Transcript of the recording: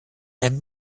and